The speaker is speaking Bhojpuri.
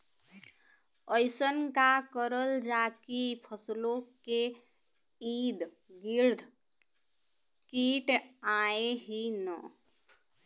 अइसन का करल जाकि फसलों के ईद गिर्द कीट आएं ही न?